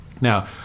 Now